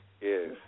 Yes